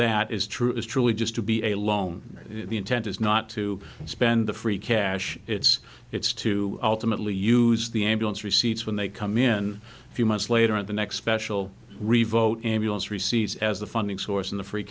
that is true is truly just to be a loan the intent is not to spend the free cash it's it's to ultimately use the ambulance receipts when they come in a few months later and the next special revote ambulance recedes as the funding source in the free